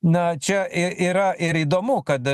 na čia i yra ir įdomu kad